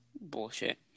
Bullshit